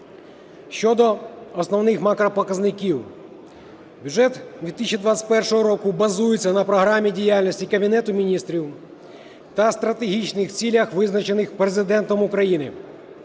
Щодо основних макропоказників. Бюджет 2021 року базується на Програмі діяльності Кабінету Міністрів та стратегічних цілях, визначених Президентом України.